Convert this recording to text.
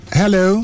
hello